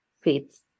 fits